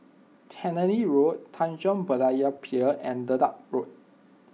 Tannery Road Tanjong Berlayer Pier and Dedap Road